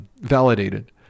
validated